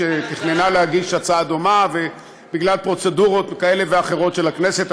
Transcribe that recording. שתכננה להגיש הצעה דומה ובגלל פרוצדורות כאלה ואחרות של הכנסת,